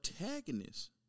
antagonist